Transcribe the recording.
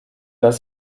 dass